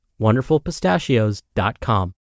wonderfulpistachios.com